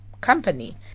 company